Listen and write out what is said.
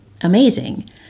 amazing